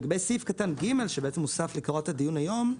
לגבי סעיף קטן (ג) שבעצם הוסף לקראת הדיון היום,